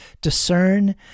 discern